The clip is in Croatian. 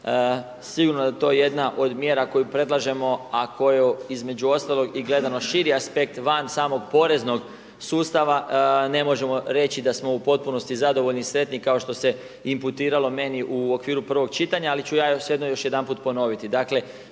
Sigurno da je to jedna od mjera koju predlažemo, a koju između ostaloga i gledano širi aspekt van samog poreznog sustava ne možemo reći da smo u potpunosti zadovoljni i sretni kao što se imputiralo meni u okviru prvog čitanja. Ali ću ja svejedno još jedanput ponoviti.